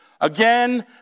Again